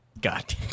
God